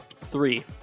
Three